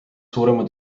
suurema